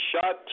shot